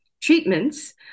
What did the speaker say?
treatments